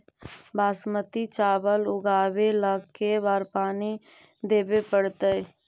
बासमती चावल उगावेला के बार पानी देवे पड़तै?